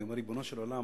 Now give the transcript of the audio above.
אני אומר: ריבונו של עולם,